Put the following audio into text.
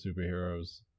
superheroes